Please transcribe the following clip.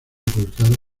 publicados